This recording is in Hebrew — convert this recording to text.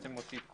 נוסיף את